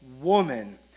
woman